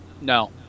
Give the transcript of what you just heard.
no